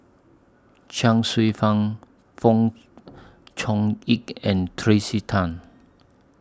Chuang Hsueh Fang Fong Chong Pik and Tracey Tan